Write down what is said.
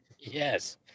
Yes